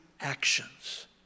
actions